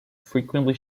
frequently